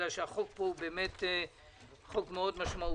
כי החוק פה הוא מאוד משמעותי.